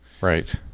Right